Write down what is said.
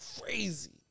crazy